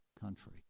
country